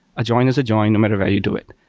a join is a join no matter where you do it.